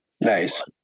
nice